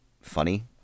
funny